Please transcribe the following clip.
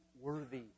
worthy